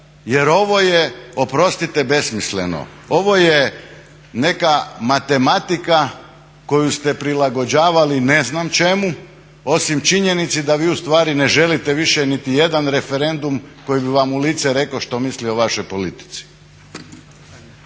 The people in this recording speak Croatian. Jer ovo je oprostite besmisleno. Ovo je neka matematika koju ste prilagođavali ne znam čemu, osim činjenici da vi u stvari ne želite više niti jedan referendum koji bi vam u lice rekao što misli o vašoj politici.